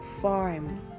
farms